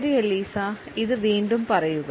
ശരി എലിസ ഇത് വീണ്ടും പറയുക